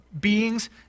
beings